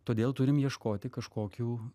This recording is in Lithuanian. todėl turim ieškoti kažkokių